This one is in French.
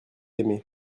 aimé